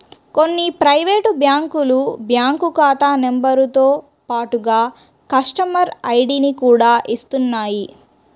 కొన్ని ప్రైవేటు బ్యాంకులు బ్యాంకు ఖాతా నెంబరుతో పాటుగా కస్టమర్ ఐడిని కూడా ఇస్తున్నాయి